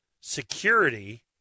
security